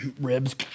Ribs